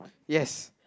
yes